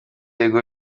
ibigo